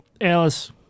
Alice